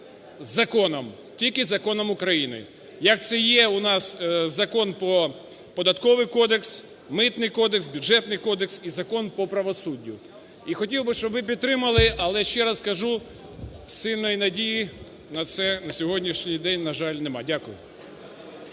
законом, тільки законом України, як це є у нас Закон про Податковий кодекс, Митний кодекс, Бюджетний кодекс і Закон по правосуддю. І хотів би, щоб ви підтримали, але ще раз кажу, сильної надії на це на сьогоднішній день, на жаль, немає. Дякую.